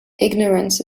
ignorance